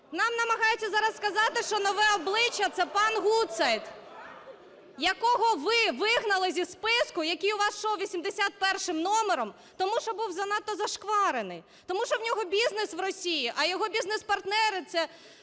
Нам намагаються зараз сказати, що нове обличчя – це пан Гутцайт, якого ви вигнали зі списку, який у вас ішов 81 номером, тому що був занадто зашкварений. Тому що в нього бізнес в Росії, а його бізнес-партнери – це